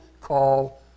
call